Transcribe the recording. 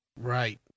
Right